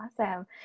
awesome